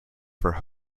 for